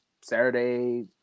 Saturday